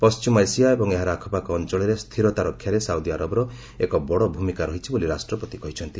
ପଶ୍ଚିମ ଏସିଆ ଏବଂ ଏହାର ଆଖପାଖ ଅଞ୍ଚଳରେ ସ୍ଥିରତା ରକ୍ଷାରେ ସାଉଦିଆରବର ଏକ ବଡ଼ ଭୂମିକା ରହିଛି ବୋଲି ରାଷ୍ଟ୍ରପତି କହିଛନ୍ତି